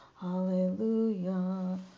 hallelujah